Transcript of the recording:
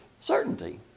certainty